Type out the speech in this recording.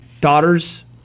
daughters